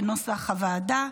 כנוסח הוועדה,